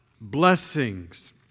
blessings